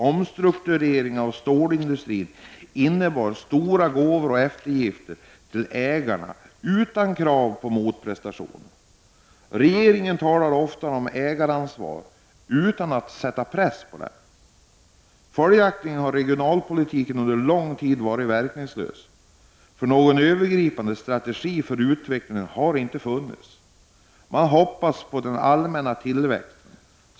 Omstruktureringen av stålindustrin innebar stora gåvor och eftergifter till ägarna utan krav på motprestationer. Regeringen talar ofta om ”ägarnas ansvar” utan att sätta press på ägarna. Följaktligen har regionalpolitiken under lång tid varit verkningslös. Någon övergripande strategi för utvecklingen har inte funnits. Man har hoppats på den allmänna tillväxten.